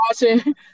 watching